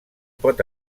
pot